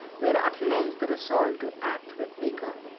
were at length resolved to act with vigor.